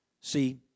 See